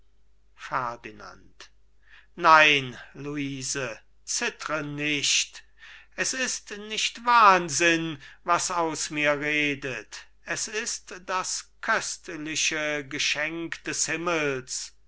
fürchterlich ferdinand nein luise zittre nicht es ist nicht wahnsinn was aus mir redet es ist das köstliche geschenk des himmels